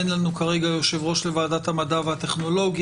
אין לנו כרגע יושב ראש לוועדת המדע והטכנולוגיה,